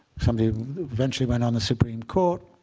somebody who eventually went on the supreme court